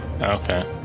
Okay